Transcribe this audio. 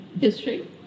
history